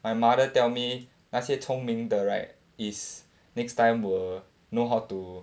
my mother tell me 那些聪明的 right is next time will know how to